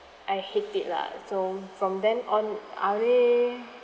I hate it lah so from then on I will